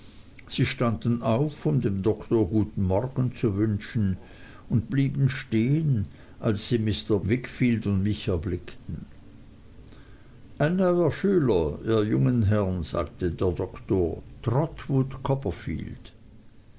sie standen auf um dem doktor guten morgen zu wünschen und blieben stehen als sie mr wickfield und mich erblickten ein neuer schüler ihr jungen herrn sagte der doktor